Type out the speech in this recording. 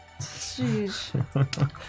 Jeez